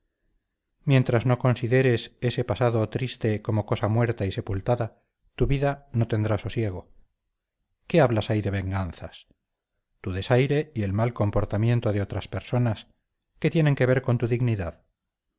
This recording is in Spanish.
mientras no consideres ese pasado triste como cosa muerta y sepultada tu vida no tendrá sosiego qué hablas ahí de venganzas tu desaire y el mal comportamiento de otras personas qué tienen que ver con tu dignidad